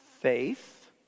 faith